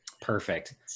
Perfect